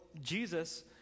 Jesus